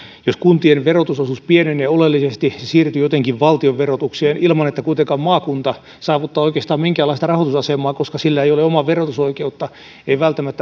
jos kunnan verotusosuus pienenee oleellisesti ja se siirtyy jotenkin valtionverotukseen ilman että kuitenkaan maakunta saavuttaa oikeastaan minkäänlaista rahoitusasemaa koska sillä ei ole omaa verotusoikeutta eikä välttämättä